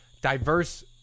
diverse